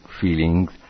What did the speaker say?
feelings